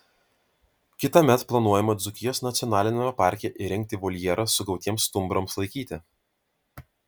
kitąmet planuojama dzūkijos nacionaliniame parke įrengti voljerą sugautiems stumbrams laikyti